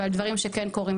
ועל דברים שכן קורים.